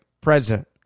president